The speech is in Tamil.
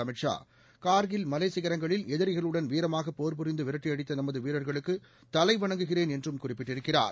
அமித்ஷா கார்கில் மலைச் சிகரங்களில் எதிரிகளுடன் வீரமாக போர் புரிந்து விரட்டியடித்த நமது வீரர்களுக்கு தலைவணங்குகிறேன் என்றும் குறிப்பிட்டிருக்கிறார்